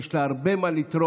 יש לה הרבה מה לתרום.